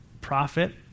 prophet